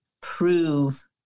prove